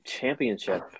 championship